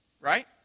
Right